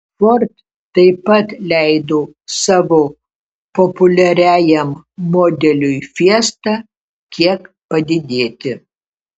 ford taip pat leido savo populiariajam modeliui fiesta kiek padidėti